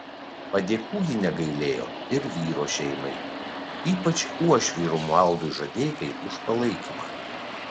padėkų ji negailėjo ir vyro šeimai ypač uošviui romualdui žadeikai už palaikymą